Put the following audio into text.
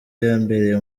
yambereye